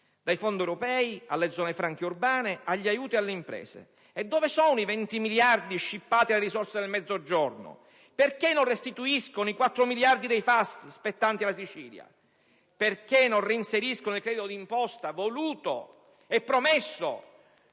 dai fondi europei, alle zone franche urbane, agli aiuti alle imprese. Dove sono i venti miliardi scippati alle risorse del Mezzogiorno? Perché non restituiscono i quattro miliardi dei Fas spettanti alla Sicilia? Perché non reinseriscono il credito di imposta voluto e promesso